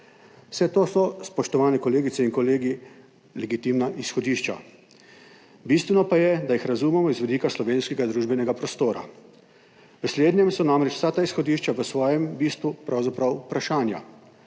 Vse to so, spoštovane kolegice in kolegi, legitimna izhodišča, bistveno pa je, da jih razumemo z vidika slovenskega družbenega prostora. V slednjem so namreč vsa ta izhodišča v svojem bistvu pravzaprav vprašanja.